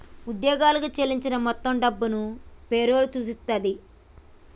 ఉద్యోగులకు చెల్లించిన మొత్తం డబ్బును పే రోల్ సూచిస్తది